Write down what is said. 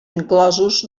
inclosos